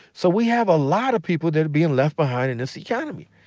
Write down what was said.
so, we have a lot of people that are being left behind in this economy.